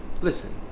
listen